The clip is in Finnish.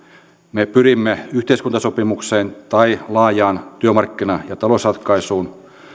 me pyrimme yhteiskuntasopimukseen tai laajaan työmarkkina ja talousratkaisuun